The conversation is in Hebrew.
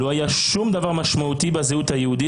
לא היה שום דבר משמעותי בזהות היהודית